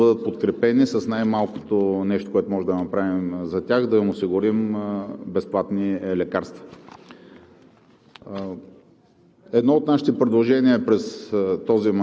очакват и се надяват, и трябва да бъдат подкрепени с най-малкото нещо, което можем да направим за тях – да им осигурим безплатни лекарства.